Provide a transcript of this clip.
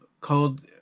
called